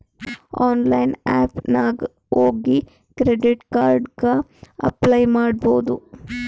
online app ನಾಗ್ ಹೋಗಿ credit card ಗ ಅಪ್ಲೈ ಮಾಡ್ಬೋದು